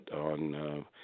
on